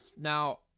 Now